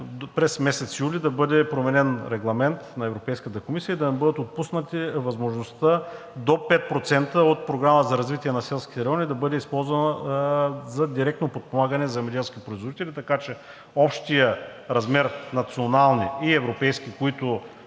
през месец юли да бъде променен регламент на Европейската комисия и да ни бъдат отпуснати до 5% от Програмата за развитие на селските райони. Да бъде използвана за директно подпомагане на земеделски производители, така че общият размер национални и европейски, които